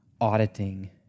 auditing